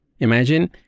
Imagine